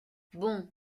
bon